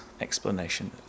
explanation